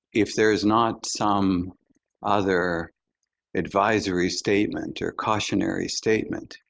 if there is not some other advisory statement or cautionary statement,